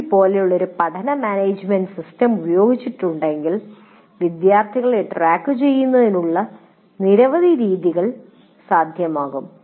MOODLE പോലുള്ള ഒരു പഠനമാനേജുമെന്റ് സിസ്റ്റം ഉപയോഗിച്ചിട്ടുണ്ടെങ്കിൽ വിദ്യാർത്ഥികളെ ട്രാക്കുചെയ്യുന്നതിനുള്ള നിരവധി രീതികൾ സാധ്യമാകും